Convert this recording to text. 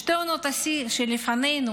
שתי עונות השיא לפנינו,